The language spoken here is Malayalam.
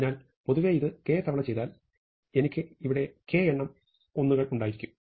അതിനാൽ പൊതുവെ ഇത് k തവണ ചെയ്താൽ എനിക്ക് ഇവിടെ k എണ്ണം 1കൾ ഉണ്ടായിരിക്കും